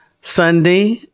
Sunday